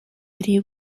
video